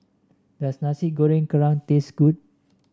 does Nasi Goreng Kerang taste good